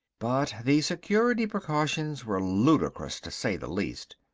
but the security precautions were ludicrous to say the least.